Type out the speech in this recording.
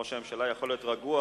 שראש הממשלה יכול להיות רגוע,